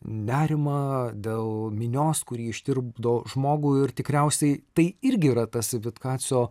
nerimą dėl minios kuri ištirpdo žmogų ir tikriausiai tai irgi yra tas vtkacio